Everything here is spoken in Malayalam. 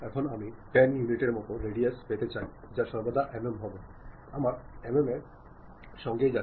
കാരണം നിങ്ങൾ ഒരു പുതിയ ഉൽപ്പന്നം സമാരംഭിക്കാൻ പോകുന്നുവെന്ന് കരുതുക നിങ്ങക്ക് ആ ഉൽപ്പന്നം പ്രോത്സാഹിപ്പിക്കണം